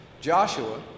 Joshua